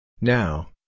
Now